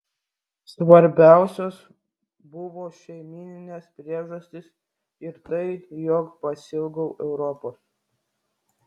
svarbiausios buvo šeimyninės priežastys ir tai jog pasiilgau europos